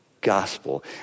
gospel